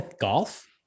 golf